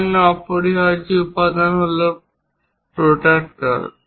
অন্যান্য অপরিহার্য উপাদান হল প্রোটাক্টর